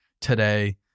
today